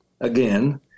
again